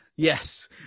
Yes